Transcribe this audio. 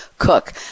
cook